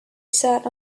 sat